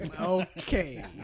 Okay